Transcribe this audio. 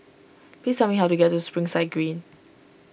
please tell me how to get to Springside Green